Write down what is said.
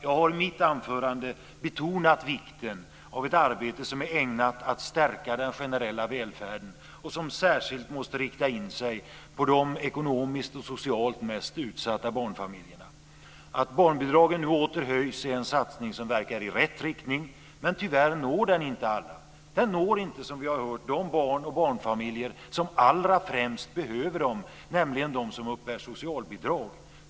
Jag har i mitt anförande betonat vikten av ett arbete som är ägnat att stärka den generella välfärden och som särskilt måste rikta in sig på de ekonomiskt och socialt mest utsatta barnfamiljerna. Att barnbidragen nu åter höjs är en satsning som verkar i rätt riktning, men tyvärr når den inte alla. Den når inte, som vi har hört, de barn och barnfamiljer som allra främst behöver den, nämligen dem som uppbär socialbidrag.